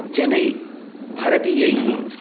जनैः भारतीयैः